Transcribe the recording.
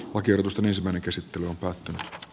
oikeutusta myös värikäsittely lainsäädäntötyötä